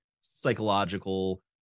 psychological